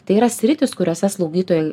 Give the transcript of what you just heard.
tai yra sritys kuriose slaugytojai